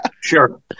Sure